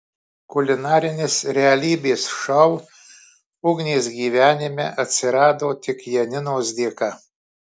kulinarinis realybės šou ugnės gyvenime atsirado tik janinos dėka